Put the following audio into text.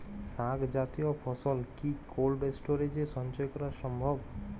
শাক জাতীয় ফসল কি কোল্ড স্টোরেজে সঞ্চয় করা সম্ভব?